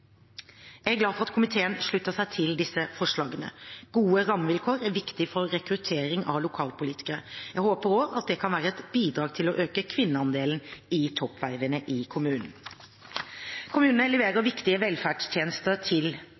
Jeg er glad for at komiteen slutter seg til disse forslagene. Gode rammevilkår er viktig for rekruttering av lokalpolitikere. Jeg håper også at det kan være et bidrag til å øke kvinneandelen i toppvervene i kommunen. Kommunene leverer viktige velferdstjenester til